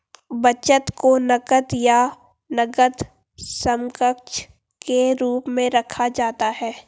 बचत को नकद या नकद समकक्ष के रूप में रखा जाता है